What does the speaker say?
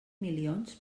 milions